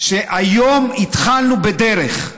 שהיום התחלנו בדרך.